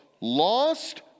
lost